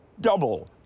double